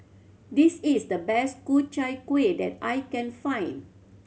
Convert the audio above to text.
this is the best Ku Chai Kueh that I can find